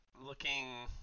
looking